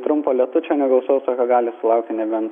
trumpo lietučio negausaus gali sulaukti neben